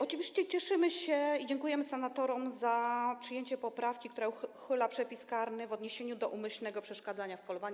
Oczywiście cieszymy się i dziękujemy senatorom za przyjęcie poprawki, która uchyla przepis karny w odniesieniu do umyślnego przeszkadzania w polowaniu.